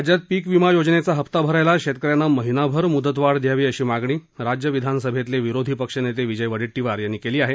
राज्यात पीक विमा योजनेचा हप्ता भरायला शेतक यांना महिनाभर मुदतवाढ द्यावी अशी मागणी राज्य विधानसभेतले विरोधी पक्षनेते विजय वडेट्टीवार यांनी केली आहे